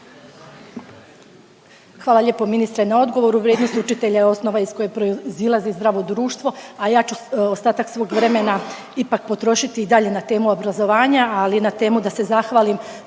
Hvala lijepo ministre na odgovoru. Vrijednost učitelja je osnova iz koje proizilazi zdravo društvo, a ja ću ostatak svog vremena ipak potrošiti i dalje na temu obrazovanja, ali na temu da se zahvalim